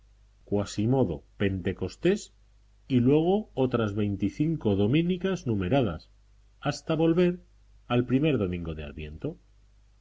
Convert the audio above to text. cuasimodo pentecostés y luegootras veinticinco dominicas numeradas hasta volver al primer domingo de adviento